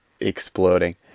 exploding